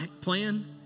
plan